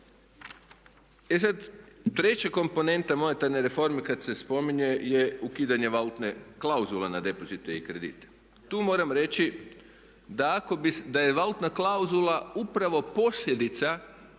E sad, treća komponenta monetarne reforme kad se spominje je ukidanje valutne klauzule na depozite i kredite. Tu moram reći da je valutna klauzula upravo posljedica